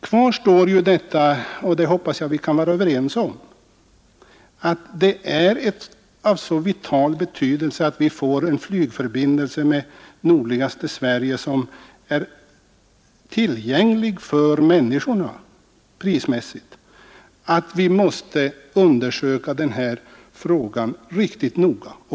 Kvar står, och det hoppas jag att vi kan vara överens om, att det är av vital betydelse att vi får en flygförbindelse med nordligaste Sverige som prismässigt är tillgänglig för människorna, och att frågan riktigt noga och på allvar tages upp till prövning.